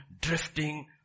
drifting